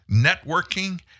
networking